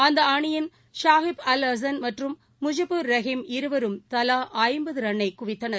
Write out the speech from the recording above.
அந்த அணியின் ஷாஹிப் அல் அசன் மற்றும் முஷிப்பூர் ரஹிம் இருவரும் தலா ஐம்பது ரன்னை குவித்தனர்